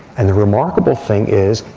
and the remarkable thing is,